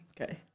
Okay